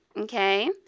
Okay